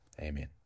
Amen